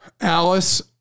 Alice